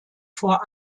vor